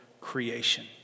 creation